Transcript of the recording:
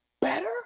better